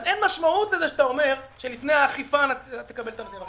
אז אין משמעות לזה שאתה אומר שלפני האכיפה תקבל את הנתונים,